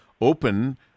open